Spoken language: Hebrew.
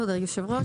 כבוד היושב-ראש,